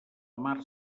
mar